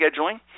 scheduling